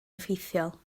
effeithiol